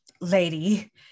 lady